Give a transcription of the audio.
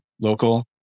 local